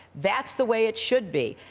that's the way it should be,